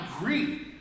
agree